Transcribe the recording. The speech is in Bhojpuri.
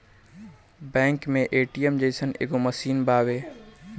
बैंक मे ए.टी.एम जइसन एगो मशीन बावे